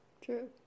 True